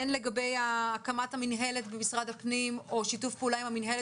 הן לגבי הקמת המנהלת במשרד הפנים או שיתוף פעולה עם המנהלת